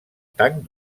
tanc